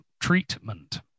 treatment